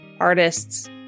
artists